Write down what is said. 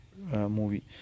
movie